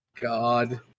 God